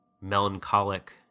melancholic